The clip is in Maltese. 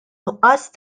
nuqqas